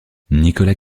nicolas